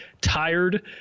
tired